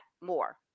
more